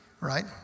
right